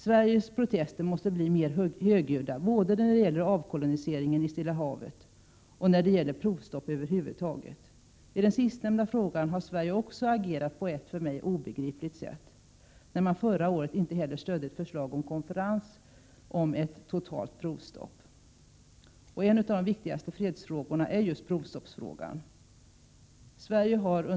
Sveriges protester måste bli mer högljudda både när det gäller avkolonialiseringen i Stilla Havet och när det gäller provstopp över huvud taget. I den sistnämnda frågan har Sverige också agerat på ett för mig obegripligt sätt, när man förra året inte heller stödde ett förslag om konferens om ett totalt provstopp. En av de viktigaste fredsfrågorna är just provstoppsfrågan. Sverige har under lång tid agerat för att få till stånd ett totalt provstopp. Men det räcker inte att framföra sina åsikter i slutna förhandlingsrum.